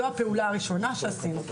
זו הפעולה הראשונה שעשינו.